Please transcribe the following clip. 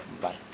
Bye